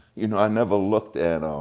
you know i never looked at